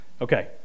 okay